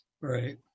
Right